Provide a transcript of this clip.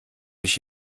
ich